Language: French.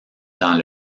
dans